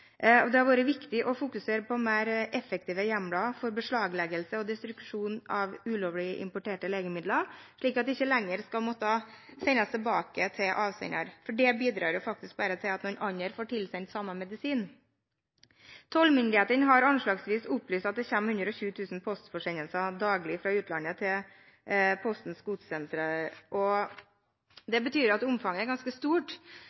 Det har vært viktig å fokusere på mer effektive hjemler for beslagleggelse og destruksjon av ulovlig importerte legemidler, slik at det ikke lenger må sendes tilbake til avsender, for det bidrar jo bare til at noen andre blir tilsendt samme medisin. Tollmyndighetene har opplyst at det anslagsvis kommer 120 000 postforsendelser daglig fra utlandet til Postens Godssenter. Det betyr at omfanget er ganske stort,